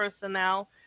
personnel